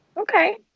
Okay